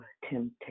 temptation